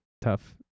tough